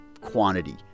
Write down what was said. quantity